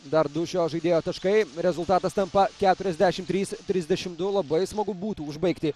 dar du šio žaidėjo taškai rezultatas tampa keturiasdešimt trys trisdešimt du labai smagu būtų užbaigti